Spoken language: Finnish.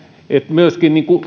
myöskin